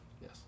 Yes